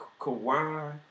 Kawhi